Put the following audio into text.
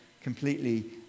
completely